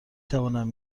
توانم